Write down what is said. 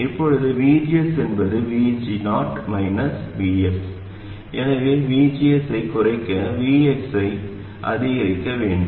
இப்போது VGS என்பது VG0 Vs எனவே VGS ஐக் குறைக்க Vs ஐ அதிகரிக்க வேண்டும்